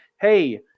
hey